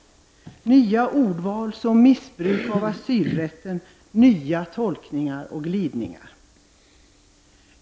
Det är nya ordval som ”missbruk av asylrätten” och nya tolkningar och glidningar.